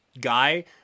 guy